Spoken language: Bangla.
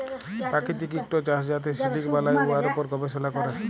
পাকিতিক ইকট চাষ যাতে সিলিক বালাই, উয়ার উপর গবেষলা ক্যরে